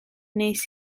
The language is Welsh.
nes